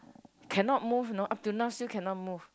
cannot move you know up till now still cannot move